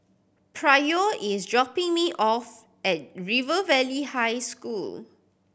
Pryor is dropping me off at River Valley High School